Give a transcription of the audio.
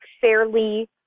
fairly